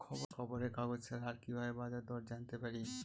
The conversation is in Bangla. খবরের কাগজ ছাড়া আর কি ভাবে বাজার দর জানতে পারি?